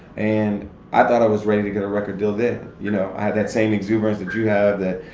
and i thought i was ready to get a record deal then. you know, i had that same exuberance that you have that,